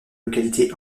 localités